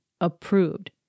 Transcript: approved